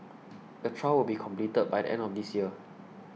the trial will be completed by the end of this year